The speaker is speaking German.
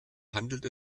handelt